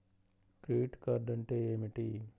Credit card అంటే ఏమిటి?